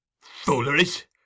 Fooleries